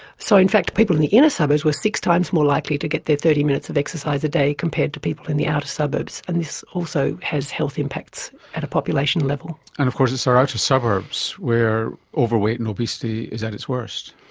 so in fact people in the inner suburbs were six times more likely to get their thirty minutes of exercise a day compared to people in the outer suburbs, and this also has health impacts at a population level. and of course it's our outer suburbs where overweight and obesity is at its worst.